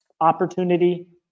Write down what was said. opportunity